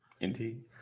Indeed